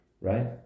right